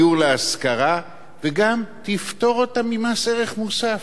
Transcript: דיור להשכרה, וגם תפטור אותם ממס ערך מוסף.